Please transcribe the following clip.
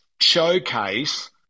showcase